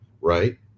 Right